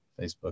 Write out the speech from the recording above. Facebook